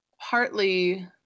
partly